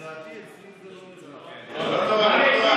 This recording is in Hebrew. לדעתי אצלי זה לא נלחץ.